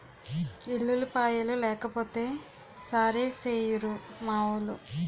ఎల్లుల్లిపాయలు లేకపోతే సారేసెయ్యిరు మావోలు